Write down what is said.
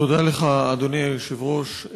תודה לך, אדוני היושב-ראש.